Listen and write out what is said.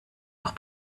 auch